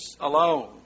alone